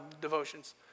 devotions